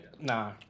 Nah